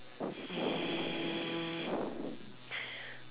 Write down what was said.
um